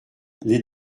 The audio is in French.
les